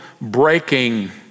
breaking